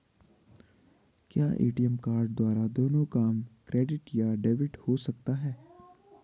क्या ATM card द्वारा दोनों काम क्रेडिट या डेबिट हो सकता है?